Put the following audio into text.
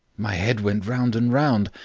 my head went round and round.